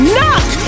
Knock